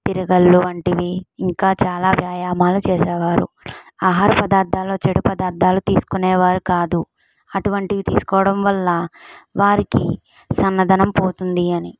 తిరగల్లు వంటివి ఇంకా చాలా వ్యాయామాలు చేసేవారు ఆహార పదార్థాలో చెడు పదార్థాలు తీసుకునేవారు కాదు అటువంటివి తీసుకోవడం వల్ల వారికి సన్నదనం పోతుంది అని